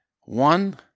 One